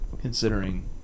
considering